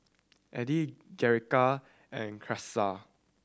Elida Jerrica and Karissa